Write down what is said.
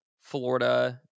Florida